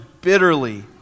bitterly